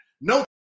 No